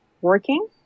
working